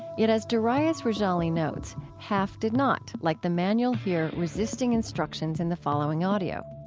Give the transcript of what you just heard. yet, as darius rejali notes, half did not. like the man we'll hear resisting instructions in the following audio.